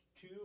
two